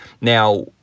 Now